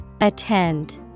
Attend